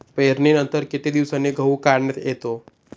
पेरणीनंतर किती दिवसांनी गहू काढण्यात येतो?